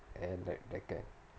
and then like that